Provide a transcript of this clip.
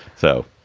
so.